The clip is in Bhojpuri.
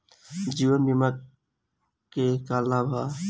जीवन बीमा के का लाभ बा?